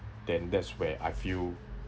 then that's where I feel